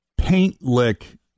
Paintlick